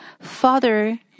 Father